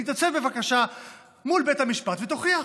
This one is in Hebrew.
תתייצב בבקשה מול בית המשפט ותוכיח.